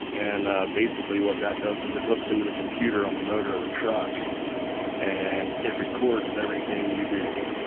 and ah basically what that does is it hooks into the computer on the motor of the truck and it records everything you do.